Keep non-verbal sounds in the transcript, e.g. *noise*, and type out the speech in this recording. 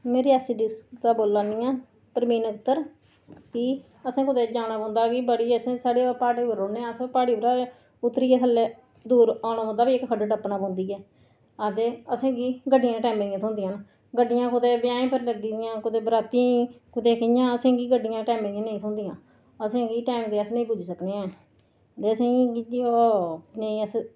में रियासी डिस्ट्रिक दा बोला नी आं परवीन अखतर कि असें कुतै जाना पौंदा ते बड़ी असें साढ़े प्हाड़ें च रौह्न्ने आं अस प्हाड़ी परा गै उतरी दूर औना पौंदा ते इक खड्ढ टप्पना पौंदी ऐ आ ते असेंगी गड्डियां निं टैमां दियां थ्होंदियां न गड्डियां कुतै ब्याहें पर लग्गी दियां कुतै बराती कुतै कि'यां असेंगी गड्डियां टैमा दियां नेईं थ्होंदियां असेंगी टैम दे अस निं पुज्जी सकने आं *unintelligible*